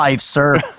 sir